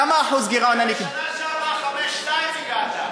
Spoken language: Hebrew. כמה אחוז גירעון אני, בשנה שעברה, 5.2% הגעת.